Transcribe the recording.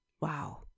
Wow